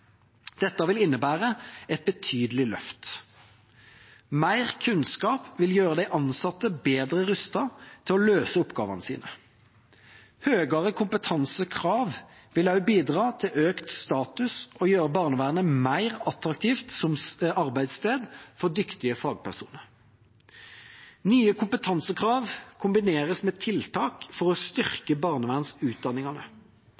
Dette vil innebære et betydelig løft. Mer kunnskap vil gjøre de ansatte bedre rustet til å løse oppgavene sine. Høyere kompetansekrav vil også bidra til økt status og gjøre barnevernet mer attraktivt som arbeidssted for dyktige fagpersoner. Nye kompetansekrav kombineres med tiltak for å